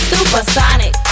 Supersonic